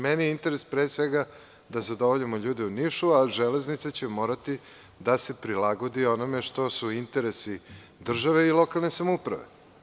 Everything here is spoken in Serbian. Meni je interes, pre svega, da zadovoljimo ljude u Nišu, a železnice će morati da se prilagode onome što su interesi države i lokalne samouprave.